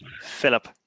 Philip